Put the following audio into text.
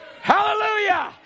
Hallelujah